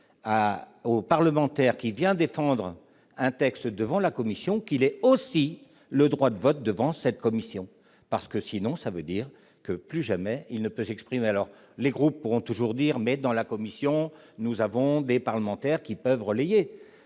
aux parlementaires qui vient défendre un texte devant la commission qu'il est aussi le droit de vote, devant cette commission parce que sinon ça veut dire que plus jamais il ne peut s'exprimer, alors les groupes pourront toujours dire mais dans la commission, nous avons des parlementaires qui peuvent relayer,